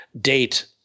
date